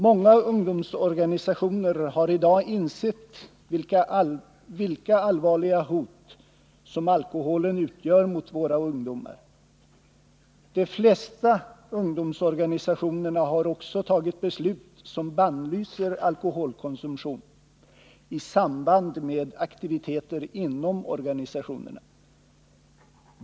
Många ungdomsorganisationer har i dag insett vilket allvarligt hot som alkoholen utgör mot våra ungdomar. De flesta ungdomsorganisationerna har också fattat beslut om att bannlysa alkoholkonsumtion i samband med aktiviteter inom organisationerna.